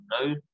No